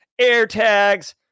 AirTags